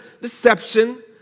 deception